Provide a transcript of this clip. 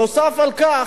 נוסף על כך,